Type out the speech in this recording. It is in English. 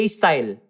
style